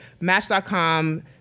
Match.com